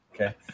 Okay